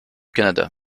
canada